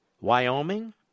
Wyoming